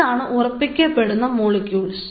ഇതാണ് ഉറപ്പിക്കുകപെടുന്ന മോളിക്യൂൾസ്